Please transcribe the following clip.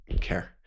care